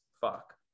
fuck